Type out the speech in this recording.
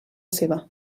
seva